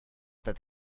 that